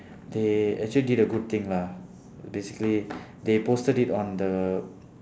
they actually did a good thing lah basically they posted it on the